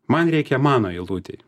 man reikia mano eilutei